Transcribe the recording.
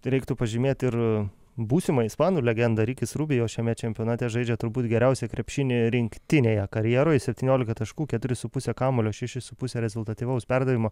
reiktų pažymėt ir būsimą ispanų legendą rikis rubio šiame čempionate žaidžia turbūt geriausią krepšinį rinktinėje karjeroj septyniolika taškų keturi su puse kamuolio šešis su puse rezultatyvaus perdavimo